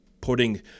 putting